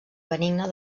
benigna